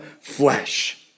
flesh